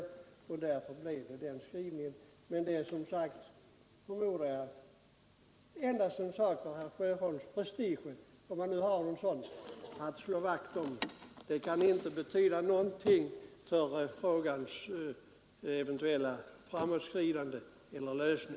Därför blev skrivningen sådan den blev. Men jag förmodar att det är en sak som bara har med herr Sjöholms prestige att göra — och som han vill slå vakt om. Det kan inte betyda någonting för frågans eventuella framåtskridande eller lösning.